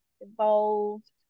evolved